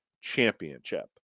championship